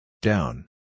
Down